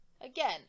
again